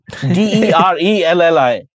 D-E-R-E-L-L-I